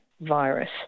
virus